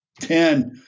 Ten